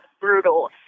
brutal